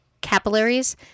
capillaries